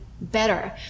better